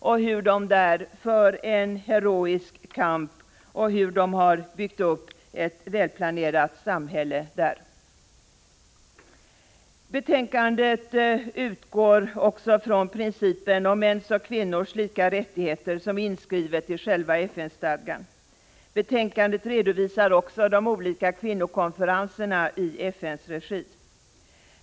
Även dessa kvinnor för en heroisk kamp och har byggt upp ett välplanerat samhälle där. Betänkandet utgår också från principen om mäns och kvinnors lika rättigheter, som är inskriven i själva FN-stadgan. Betänkandet redovisar också de olika kvinnokonferenserna i FN:s regi.